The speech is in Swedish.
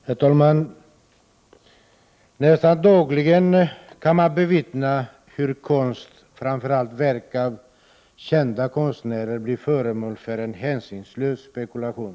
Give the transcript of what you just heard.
Prot. 1988/89:46 Herr talman! Nästan dagligen kan man bevittna hur konst, framför allt 15 december 1988 verk av kända konstnärer, blir föremål för en hänsynslös spekulation.